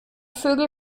vögel